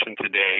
today